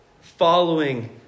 following